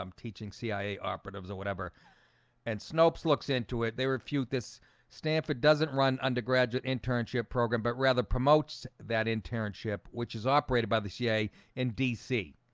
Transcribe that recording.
um teaching cia operatives or whatever and snopes looks into it they refute this stanford doesn't run undergraduate internship program, but rather promotes that internship which is operated by the cia in dc?